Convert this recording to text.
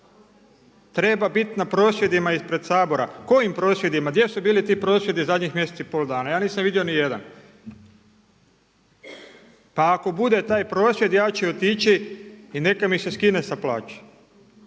Treba biti na prosvjedima ispred Sabora. Kojim prosvjedima, gdje su bili ti prosvjedi zadnjih mjesec i pol dana? Ja nisam vidio nijedan. Pa ako bude taj prosvjed ja ću otići i neka mi se skine sa plaće,